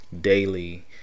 daily